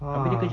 ah